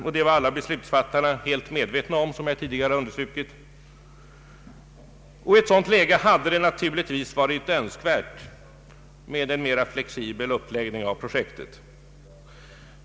Det var alla beslutsfattarna helt medvetna om, vilket jag tidigare har understrukit. I ett sådant läge hade det naturligtvis varit önskvärt med en flexibel uppläggning av projektet.